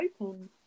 open